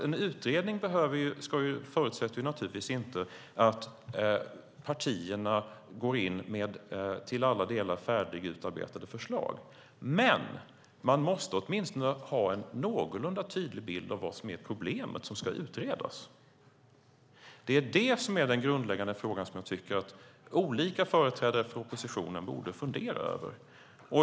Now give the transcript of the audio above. En utredning förutsätter naturligtvis inte att partierna går in med till alla delar färdigutarbetade förslag, men man måste åtminstone ha en någorlunda tydlig bild av vilket problemet som ska utredas är. Det är den grundläggande frågan som jag tycker att olika företrädare för oppositionen borde fundera över.